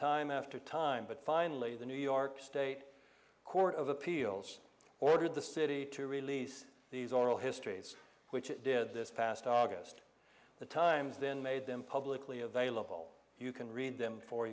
time after time but finally the new york state court of appeals ordered the city to release these oral histories which it did this past august the times then made them publicly available you can read them for